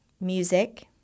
music